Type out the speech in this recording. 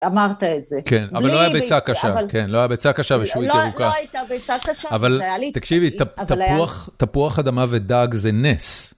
אמרת את זה. -כן, אבל לא היה ביצה קשה, כן, לא היה ביצה קשה ושעועית ירוקה. לא הייתה ביצה קשה, -אבל היה לי. -תקשיבי, תפוח אדמה ודג זה נס.